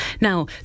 Now